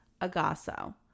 Agasso